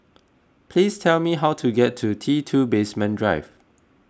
please tell me how to get to T two Basement Drive